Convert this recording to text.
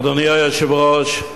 אדוני היושב-ראש,